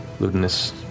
Ludinus